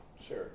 Sure